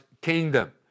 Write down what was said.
kingdom